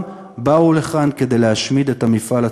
באו לכאן כדי להשמיד את המפעל הציוני.